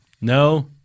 No